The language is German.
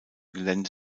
gelände